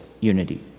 unity